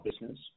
business